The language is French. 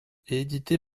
édité